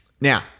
Now